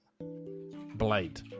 Blade